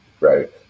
Right